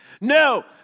No